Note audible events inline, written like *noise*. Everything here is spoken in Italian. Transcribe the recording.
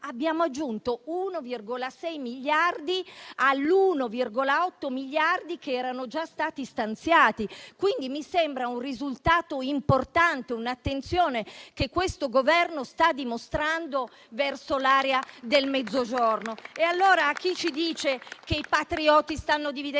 Abbiamo aggiunto 1,6 miliardi agli 1,8 miliardi che erano già stati stanziati: mi sembra un risultato importante, un'attenzione che questo Governo sta dimostrando verso l'area del Mezzogiorno. *applause* C'è chi dice che i patrioti stanno dividendo